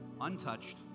untouched